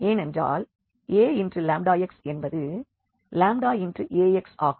ஏனென்றால் Aλx என்பது λAx ஆகும்